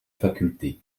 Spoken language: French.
faculté